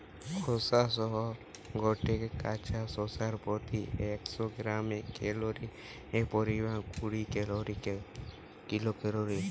খোসা সহ গটে কাঁচা শশার প্রতি একশ গ্রামে ক্যালরীর পরিমাণ কুড়ি কিলো ক্যালরী